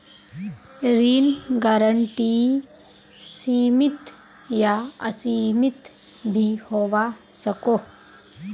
ऋण गारंटी सीमित या असीमित भी होवा सकोह